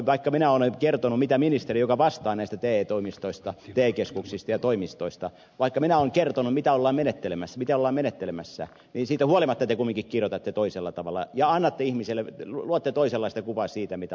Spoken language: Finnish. vaikka minä olen kertonut ministeri joka vastaa näistä te toimistoista te keskuksista ja toimistoista miten ollaan menettelemässä niin siitä huolimatta te kumminkin kirjoitatte toisella tavalla ja luotte toisenlaista kuvaa siitä mitä ollaan tekemässä